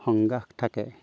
শংকা থাকে